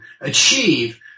achieve